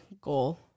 goal